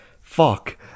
fuck